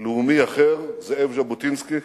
לאומי אחר, זאב ז'בוטינסקי,